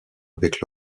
avec